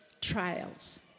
trials